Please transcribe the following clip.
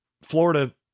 Florida